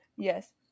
Yes